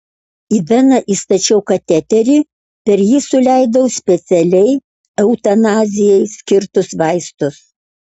į veną įstačiau kateterį per jį suleidau specialiai eutanazijai skirtus vaistus